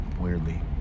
weirdly